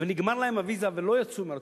ונגמרה להם הוויזה ולא יצאו מארצות-הברית,